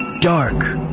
dark